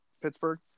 Pittsburgh